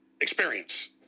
experience